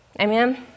Amen